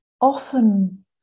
often